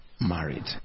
married